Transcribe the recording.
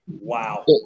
Wow